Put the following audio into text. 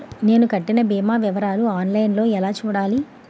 నేను కట్టిన భీమా వివరాలు ఆన్ లైన్ లో ఎలా చూడాలి?